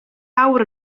awr